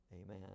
Amen